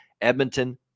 Edmonton